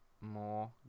more